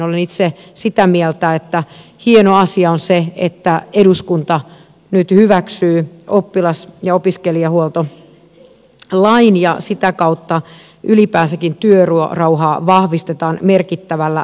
olen itse sitä mieltä että hieno asia on se että eduskunta nyt hyväksyy oppilas ja opiskelijahuoltolain ja sitä kautta ylipäänsäkin työrauhaa vahvistetaan merkittävällä tavalla